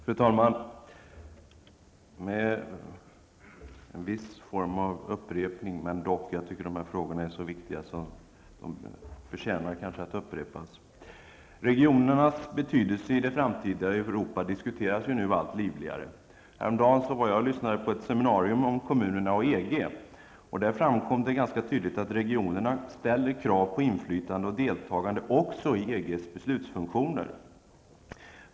Fru talman! Det blir här en viss form av upprepning, men jag tycker att dessa frågor är så viktiga att de kanske förtjänar att upprepas. Regionernas betydelse i det framtida Europa diskuteras ju nu allt livligare. Häromdagen lyssnade jag på ett seminarium om kommunerna och EG. Där framkom det ganska tydligt att regionerna ställer krav på inflytande och deltagande också i EGs beslutsfunktioner.